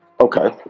Okay